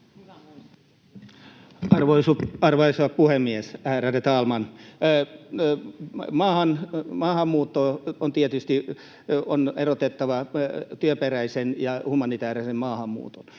Arvoisa puhemies, ärade talman! On tietysti erotettava työperäinen ja humanitäärinen maahanmuutto,